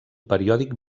periòdic